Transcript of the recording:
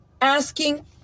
asking